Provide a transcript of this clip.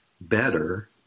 better